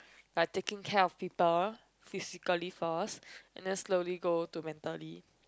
by taking care of people physically first and then slowly go to mentally